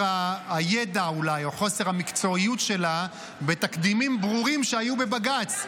הידע אולי או חוסר המקצועיות שלה בתקדימים ברורים שהיו בבג"ץ.